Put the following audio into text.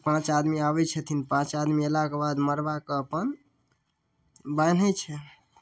पाँच आदमी आबै छथिन पाँच आदमी अयलाके बाद मड़वाके अपन बान्है छै